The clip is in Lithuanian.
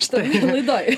šitoj laidoj